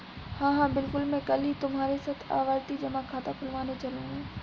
हां हां बिल्कुल मैं कल ही तुम्हारे साथ आवर्ती जमा खाता खुलवाने चलूंगा